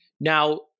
Now